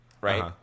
right